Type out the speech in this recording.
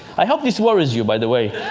i hope this worries you, by the way